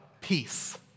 peace